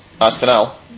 Arsenal